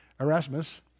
Erasmus